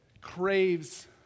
craves